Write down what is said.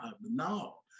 no